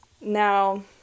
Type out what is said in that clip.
Now